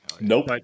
Nope